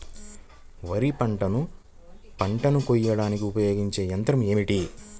వరిపంటను పంటను కోయడానికి ఉపయోగించే ఏ యంత్రం ఏమిటి?